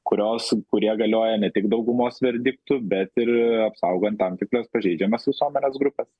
kurios kurie galioja ne tik daugumos verdiktu bet ir apsaugant tam tikras pažeidžiamas visuomenės grupes